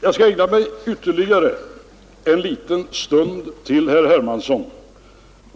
Jag skall ägna ytterligare en liten stund åt herr Hermansson.